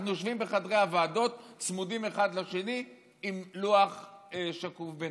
אנחנו יושבים בחדרי הוועדות צמודים אחד לשני עם לוח שקוף בינינו.